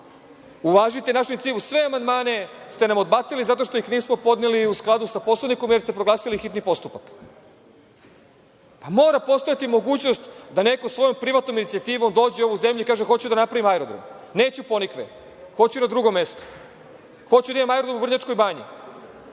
uvažite našu inicijativu. Sve amandmane ste nam odbacili zato što ih nismo podneli u skladu sa Poslovnikom, jer ste proglasili hitni postupak. Mora postojati mogućnost da neko svojom privatnom inicijativom dođe u ovu zemlju i kaže – hoću da napravim aerodrom, neću Ponikve, hoću na drugom mestu, hoću da imam aerodrom u Vrnjačkoj Banji,